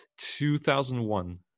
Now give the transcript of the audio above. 2001